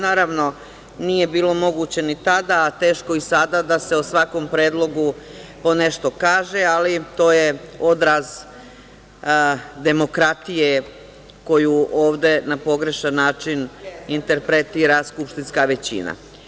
Naravno, nije bilo moguće ni tada, a teško i sada da se o svakom predlogu ponešto kaže, ali to je odraz demokratije koju ovde na pogrešan način interpretira skupštinska većina.